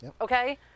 Okay